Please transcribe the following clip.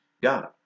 God